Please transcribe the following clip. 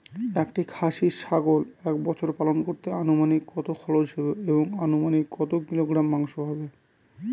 একটি খাসি ছাগল এক বছর পালন করতে অনুমানিক কত খরচ হবে এবং অনুমানিক কত কিলোগ্রাম মাংস হবে?